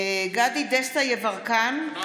דסטה גדי יברקן,